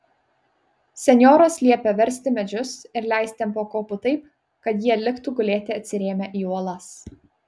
senjoras liepė versti medžius ir leisti ant pakopų taip kad jie liktų gulėti atsirėmę į uolas